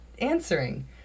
answering